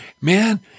man